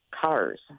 cars